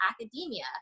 academia